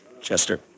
Chester